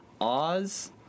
Oz